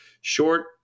Short